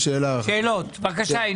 שאלות, בבקשה.